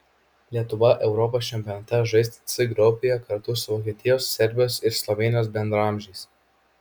lietuva europos čempionate žais c grupėje kartu su vokietijos serbijos ir slovėnijos bendraamžiais